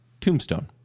Tombstone